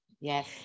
yes